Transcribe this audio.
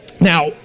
Now